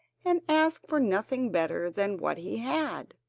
and asked for nothing better than what he had.